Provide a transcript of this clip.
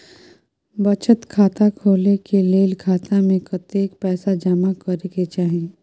बचत खाता खोले के लेल खाता में कतेक पैसा जमा करे के चाही?